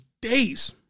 days